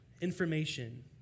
information